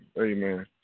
Amen